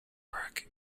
work